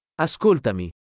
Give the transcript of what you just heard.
Ascoltami